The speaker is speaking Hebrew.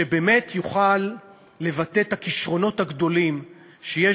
שבאמת יוכל לבטא את הכישרונות הגדולים שיש